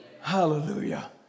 Hallelujah